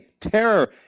Terror